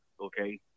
Okay